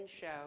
show